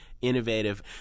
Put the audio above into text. innovative